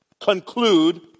conclude